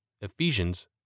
Ephesians